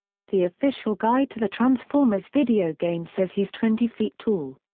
the official guide to the transformers video game says he's twenty feet tall.